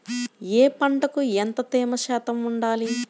ఏ పంటకు ఎంత తేమ శాతం ఉండాలి?